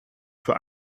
für